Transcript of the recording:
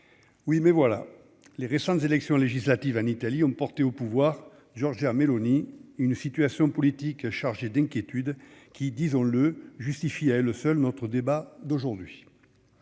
oui mais voilà, les récentes élections législatives en Italie ont porté au pouvoir, Georgia Meloni une situation politique chargé d'inquiétude qui disons le justifie à elle seule notre débat d'aujourd'hui,